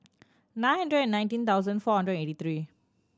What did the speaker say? nine hundred and nineteen thousand four hundred eighty three